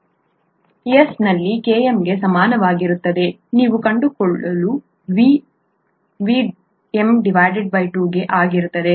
S ನಲ್ಲಿ Km ಗೆ ಸಮನಾಗಿರುತ್ತದೆ ನೀವು ಕಂಡುಕೊಳ್ಳುವ V Vm2 ಗೆ ಆಗಿರುತ್ತದೆ